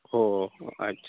ᱚ ᱟᱪᱪᱷᱟ ᱪᱷᱟ